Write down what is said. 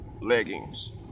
leggings